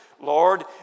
Lord